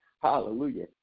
Hallelujah